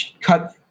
cut